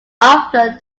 after